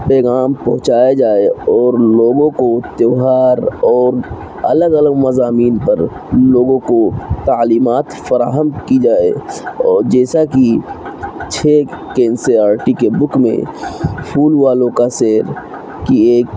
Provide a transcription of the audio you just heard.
پیغام پہنچایا جائے اور لوگوں کو تہوار اور الگ الگ مضامین پر ان لوگوں کو تعلیمات فراہم کی جائے اور جیسا کہ چھ کے این سی آر ٹی کے بک میں پھول والوں کا سیر کہ ایک